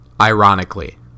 ironically